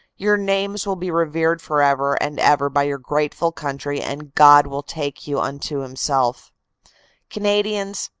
your names will be revered forever and ever by your grateful country and god will take you unto himself canadians,